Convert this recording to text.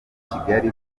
kigali